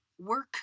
work